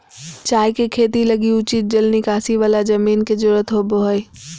चाय के खेती लगी उचित जल निकासी वाला जमीन के जरूरत होबा हइ